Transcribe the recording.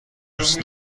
دوست